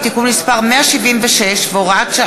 הרווחה והבריאות בדבר פיצול